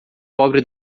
pobre